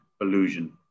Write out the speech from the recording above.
illusion